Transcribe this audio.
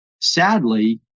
sadly